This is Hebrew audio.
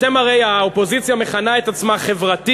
אתם הרי האופוזיציה המכנה את עצמה "חברתית",